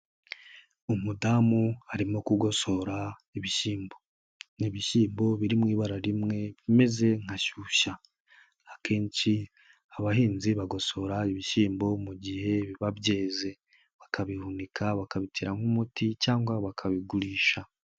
Umudamu arimo kugosora ibishyimbo. Ni ibishyimbo biri mu ibara rimwe, bimeze nka shyushya. Akenshi abahinzi bagosora ibishyimbo mu gihe byeze. Bakabihunika, bakabitera nk'umuti cyangwa bakabigurisha.